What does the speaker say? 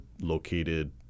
located